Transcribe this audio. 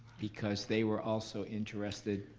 because they were also interested.